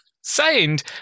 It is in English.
Signed